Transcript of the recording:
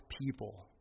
people